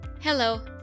Hello